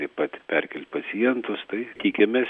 taip pat perkelt pacientus tai tikimės